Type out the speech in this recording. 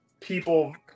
people